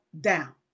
down